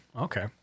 Okay